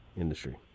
industry